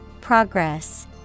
progress